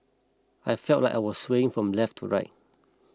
I felt like I was swaying from left to right